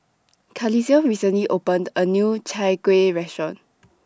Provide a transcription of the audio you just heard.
Carlisle recently opened A New Chai Kuih Restaurant